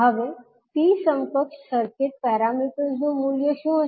હવે T સમકક્ષ circuit parameters નું મૂલ્ય શું હશે